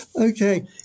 Okay